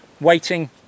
waiting